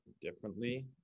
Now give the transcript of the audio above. differently